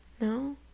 no